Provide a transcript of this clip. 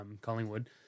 Collingwood